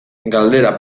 galdera